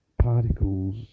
particles